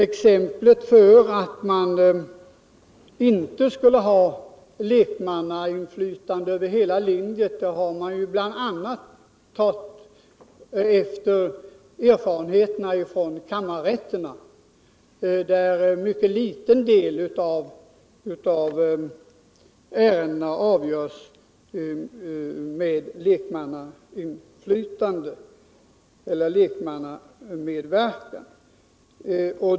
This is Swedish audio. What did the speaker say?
Motivet för att inte ha lekmannainflytande är bl.a. erfarenheterna från kammarrätterna, där en mycket liten del av ärendena avgörs under lekmannamedverkan.